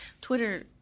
Twitter